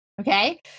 Okay